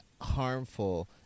harmful